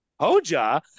Hoja